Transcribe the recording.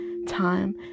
Time